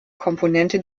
komponente